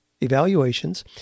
evaluations